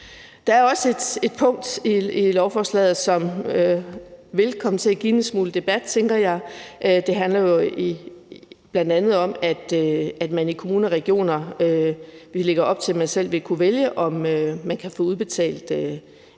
Der er også et punkt i lovforslaget, som vil komme til at give en smule debat, tænker jeg. Det handler bl.a. om, at man i kommuner og regioner vil lægge op til, at man selv vil kunne vælge, om man kan få udbetalt et